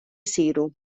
jsiru